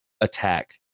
attack